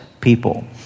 people